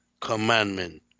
commandment